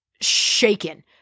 shaken